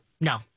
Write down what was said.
no